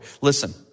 Listen